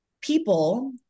people